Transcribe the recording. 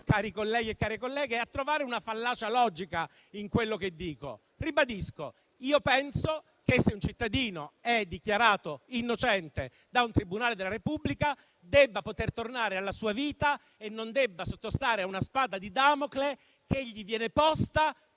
cari colleghi e cari colleghi, a trovare una fallacia logica in quello che dico. Ribadisco: penso che, se un cittadino è dichiarato innocente da un tribunale della Repubblica, debba poter tornare alla sua vita e non sottostare a una spada di Damocle che gli viene posta